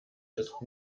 ist